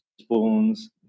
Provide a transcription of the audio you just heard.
spoons